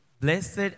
Blessed